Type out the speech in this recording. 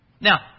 Now